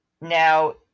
now